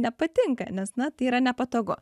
nepatinka nes na tai yra nepatogu